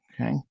okay